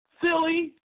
silly